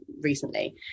recently